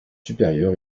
supérieur